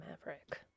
Maverick